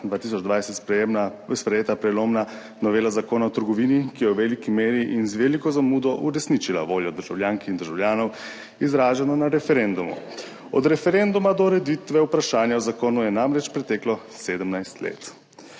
2020 sprejeta prelomna novela Zakona o trgovini, ki je v veliki meri in z veliko zamudo uresničila voljo državljank in državljanov, izraženo na referendumu. Od referenduma do ureditve vprašanja o zakonu je namreč preteklo 17 let.